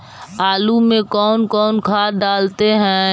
आलू में कौन कौन खाद डालते हैं?